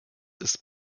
ist